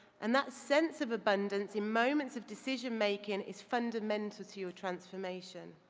and that sense of abundance in moments of decision-making is fundamental to your transformation.